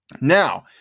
now